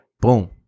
Boom